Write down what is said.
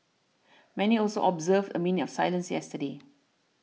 many also observed a minute of silence yesterday